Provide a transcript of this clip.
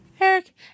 Eric